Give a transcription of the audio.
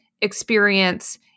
experience